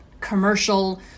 commercial